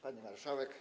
Pani Marszałek!